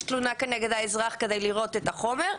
תלונה נגד האזרח כדי לראות את החומר,